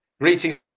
Greetings